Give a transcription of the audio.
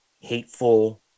hateful